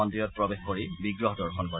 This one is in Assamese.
মন্দিৰত প্ৰৱেশ কৰি বিগ্ৰহ দৰ্শন কৰে